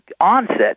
onset